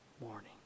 morning